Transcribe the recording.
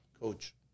coach